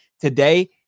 today